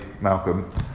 Malcolm